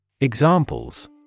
Examples